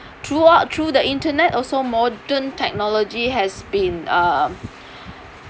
throughout through the internet also modern technology has been um